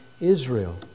Israel